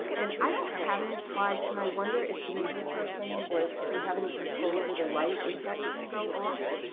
and i don't have any slides, and i wonder if the media person or if we have any control over the light if that can go off.